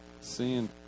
seeing